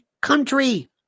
country